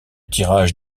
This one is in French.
tirage